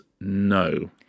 no